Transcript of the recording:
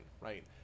right